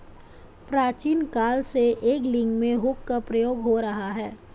प्राचीन काल से एंगलिंग में हुक का प्रयोग हो रहा है